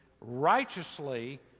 righteously